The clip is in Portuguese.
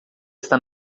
está